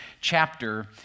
chapter